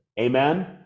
Amen